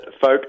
folk